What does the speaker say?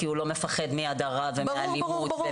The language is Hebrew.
כי הוא לא מפחד מהדרה ואלימות.